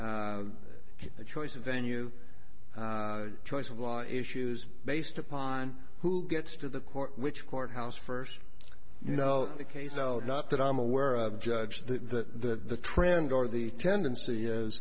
decide the choice of venue choice of law issues based upon who gets to the court which courthouse first you know the case i would not that i'm aware of judge the trend or the tendency is